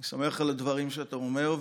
אני שמח על הדברים שאתה אומר.